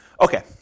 Okay